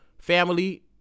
family